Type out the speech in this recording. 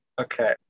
okay